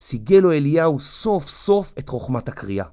סיגל לו אליהו סוף סוף את חוכמת הקריאה.